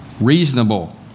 reasonable